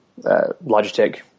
Logitech